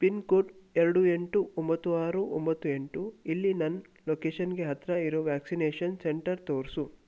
pin code ಎರಡು ಎಂಟು ಒಂಬತ್ತು ಆರು ಒಂಬತ್ತು ಎಂಟು ಇಲ್ಲಿ ನನ್ನ ಲೊಕೇಷನ್ಗೆ ಹತ್ತಿರ ಇರೋ ವ್ಯಾಕ್ಸಿನೇಷನ್ ಸೆಂಟರ್ ತೋರಿಸು